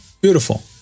Beautiful